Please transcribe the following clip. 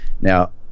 now